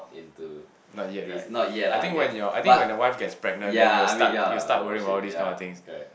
into this not yet ah I guess but yeah I mean yeah lah oh shit yeah correct